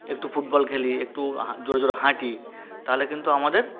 একটু ফুটবল খেলি একটু হা জোরে জোরে হাঁটি তাহলে কিন্তু আমাদের